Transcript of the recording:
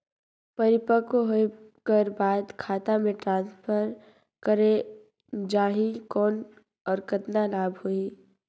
परिपक्व होय कर बाद खाता मे ट्रांसफर करे जा ही कौन और कतना लाभ होही?